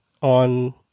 on